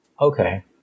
Okay